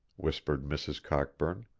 whispered mrs. cockburn.